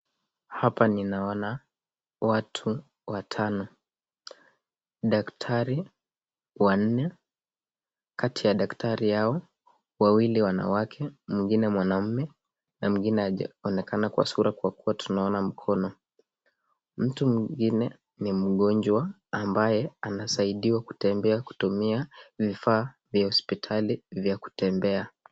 Hapa ninaona watu watano, daktari wanne kati ya daktari hao wawili wanawake, mwingine mwanaume mwingine hajaonekana kwa sura kwa kuwa tunaona mkono. Mtu mmwingine ni mgonjwa ambaye anasaidiwa kutembea kutumia vifaa vya hospitali vya kutembea.